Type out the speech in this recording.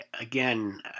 again